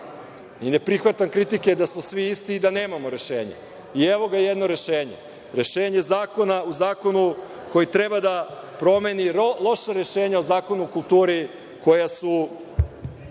I, ne prihvatam kritike da smo svi isti i da nemamo rešenje. Evo, ga jedno rešenje. Rešenje u zakonu koji treba da promeni loša rešenja o Zakonu o kulturi koja su